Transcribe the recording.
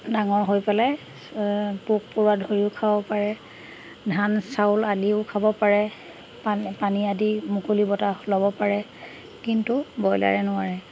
ডাঙৰ হৈ পেলাই পোক পৰুৱা ধৰিও খাব পাৰে ধান চাউল আদিও খাব পাৰে পানী পানী আদি মুকলি বতাহ ল'ব পাৰে কিন্তু ব্ৰয়লাৰে নোৱাৰে